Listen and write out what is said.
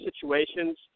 situations